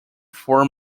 four